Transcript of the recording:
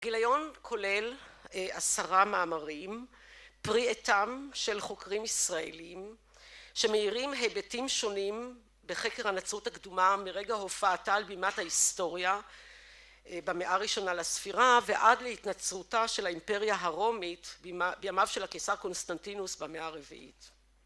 הגיליון כולל עשרה מאמרים פרי עטם של חוקרים ישראלים שמאירים היבטים שונים בחקר הנצרות הקדומה מרגע הופעתה על בימת ההיסטוריה במאה הראשונה לספירה ועד להתנצרותה של האימפריה הרומית בימיו של הקיסר קונסטנטינוס במאה הרביעית